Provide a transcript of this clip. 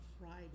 Friday